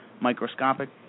microscopic